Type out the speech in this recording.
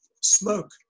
smoke